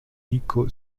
nico